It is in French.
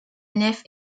nef